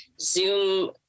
Zoom